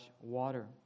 water